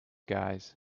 guys